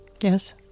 Yes